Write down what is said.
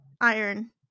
iron